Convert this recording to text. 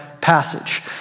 passage